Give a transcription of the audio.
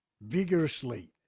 vigorously